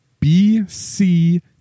BC